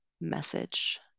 message